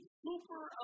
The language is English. super